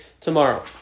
tomorrow